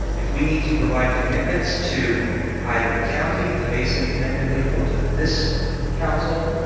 if we need to provide commitments to either the county, the base independently or to this council,